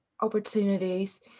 opportunities